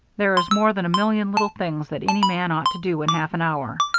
there is more than a million little things that any man ought to do in half an hour,